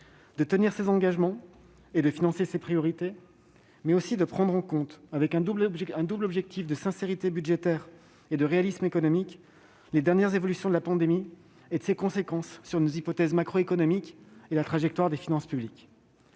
de tenir ses engagements et de financer ses priorités. Il doit également prendre en compte, en suivant un double objectif de sincérité budgétaire et de réalisme économique, les dernières évolutions de la pandémie et ses conséquences sur nos hypothèses macroéconomiques comme sur la trajectoire des finances publiques.